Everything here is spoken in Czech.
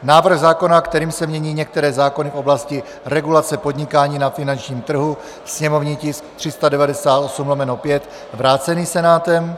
návrh zákona, kterým se mění některé zákony v oblasti regulace podnikání na finančním trhu, sněmovní tisk 398/5 vrácený Senátem;